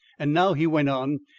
and now, he went on,